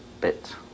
bit